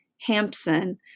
Hampson